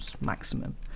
maximum